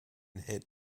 hit